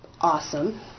awesome